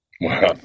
Wow